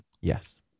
Yes